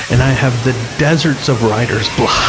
and i have the deserts of writer's block.